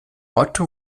otto